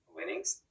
winnings